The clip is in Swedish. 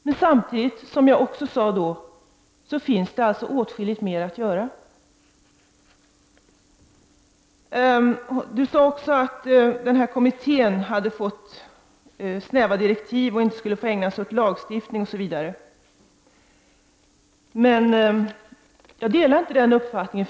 Men samtidigt sade jag också att det finns åtskilligt mer att göra. Annika Åhnberg sade också att kommittén fått snäva direktiv och inte skulle få ägna sig åt lagstiftning osv. Jag delar inte den uppfattningen.